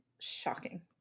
shocking